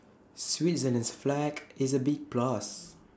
Switzerland's flag is A big plus